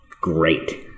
great